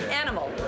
Animal